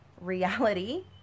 reality